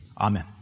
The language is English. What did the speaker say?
Amen